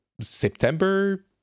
September